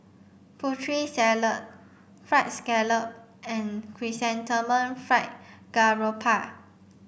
Putri Salad fried scallop and Chrysanthemum Fried Garoupa